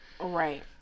Right